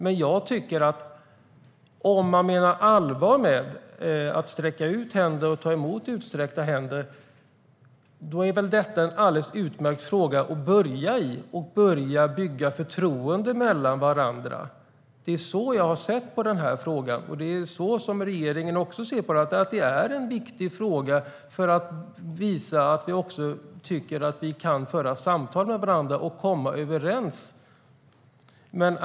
Men om man menar allvar med att sträcka ut händer och ta emot utsträckta händer är väl detta en alldeles utmärkt fråga att börja med, där man kan börja bygga förtroende mellan varandra. Det är så jag har sett på frågan. Det är så som regeringen också ser på den. Det är en viktig fråga för att visa att vi kan föra samtal med varandra och komma överens.